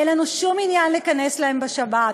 אין לנו שום עניין להיכנס להם בשבת,